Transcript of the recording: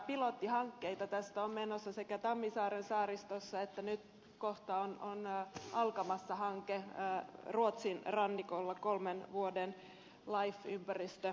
pilottihankkeita tästä on menossa tammisaaren saaristossa ja nyt kohta on alkamassa ruotsin rannikolla kolmen vuoden life ympäristöhanke